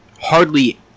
hardly